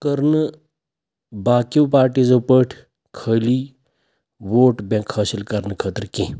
کٔر نہٕ باقی پارٹیٖزو پٲٹھۍ خٲلی ووٹ بٮ۪نٛک حٲصِل کَرنہٕ خٲطرٕ کیٚنٛہہ